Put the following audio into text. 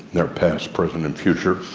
their past, present and future.